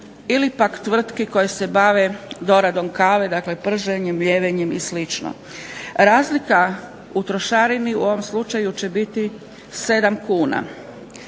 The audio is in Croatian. ili pak tvrtki koje se bave doradom kave. Dakle, prženjem, mljevenjem i slično. Razlika u trošarini u ovom slučaju će biti 7 kuna.